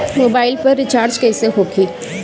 Mobile पर recharge कैसे होखी?